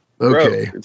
Okay